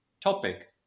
topic